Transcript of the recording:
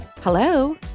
Hello